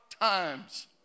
times